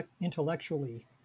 intellectually